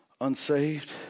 Unsaved